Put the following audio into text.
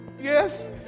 Yes